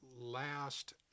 last